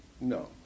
No